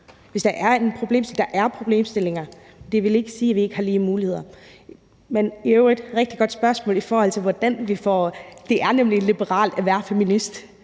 Der er problemstillinger, og det vil ikke sige, at vi ikke har lige muligheder. Men det er i øvrigt et rigtig godt spørgsmål, i forhold til hvordan vi får det. Det er nemlig liberalt at være feminist.